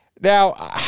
Now